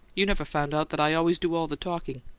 you've never found out that i always do all the talking.